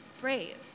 brave